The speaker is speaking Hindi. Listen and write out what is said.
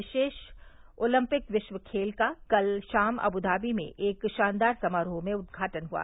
विशेष ओलंपिक विश्व खेल का कल शाम आद् धाबी में एक शानदार समारोह में उद्घाटन हुआ